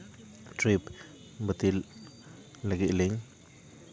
trip ᱵᱟᱹᱛᱤᱞ ᱞᱟᱹᱜᱤᱫ ᱞᱤᱧ